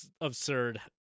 absurd